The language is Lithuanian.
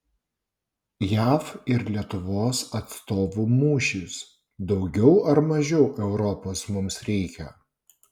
jav ir lietuvos atstovų mūšis daugiau ar mažiau europos mums reikia